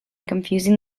confusing